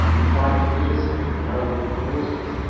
and fight fiercely for noble causes,